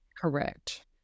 Correct